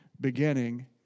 beginning